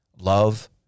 Love